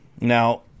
Now